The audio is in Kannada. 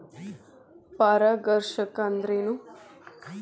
ಪರಾಗಸ್ಪರ್ಶ ಅಂದರೇನು?